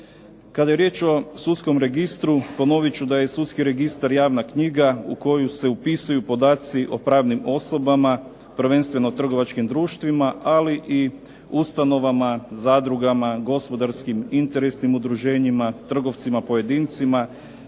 Kada je riječ o sudskom registru, ponovit ću da je i sudski registar javna knjiga u koju se upisuju podaci o pravnim osobama, prvenstveno trgovačkim društvima, ali i ustanovama, zadrugama, gospodarskim interesnim udruženjima, trgovcima pojedincima,